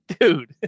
Dude